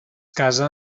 casa